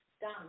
Done